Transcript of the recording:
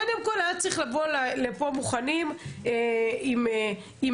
קודם כל, היה צריך לבוא לפה מוכנים עם הקלות.